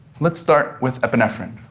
let's start with epinephrine.